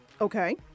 Okay